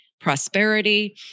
prosperity